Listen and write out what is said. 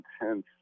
intense